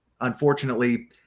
unfortunately